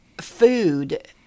food